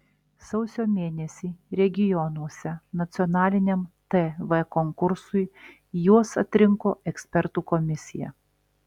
sausio mėnesį regionuose nacionaliniam tv konkursui juos atrinko ekspertų komisija